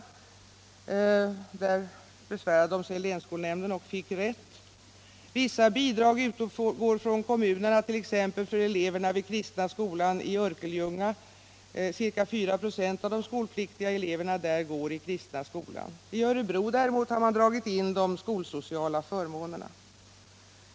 I det sistnämnda fallet besvärade man sig i länsskolnämnden och fick rätt. Vissa bidrag utgår från kommunerna, t.ex.för eleverna vid Kristna skolan i Örkelljunga. Ca 4 96 ade skolpliktiga eleverna därgåri Kristna skolan. I Örebro däremot har man dragit in de skolsociala förmånerna.